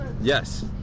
Yes